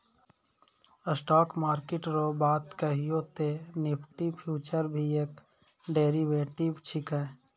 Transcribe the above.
stock market रो बात कहियो ते निफ्टी फ्यूचर भी एक डेरीवेटिव छिकै